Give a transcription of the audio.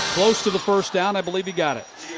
close to the first down, i believe he got it.